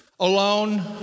alone